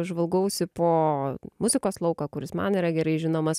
žvalgausi po muzikos lauką kuris man yra gerai žinomas